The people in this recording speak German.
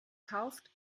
kauft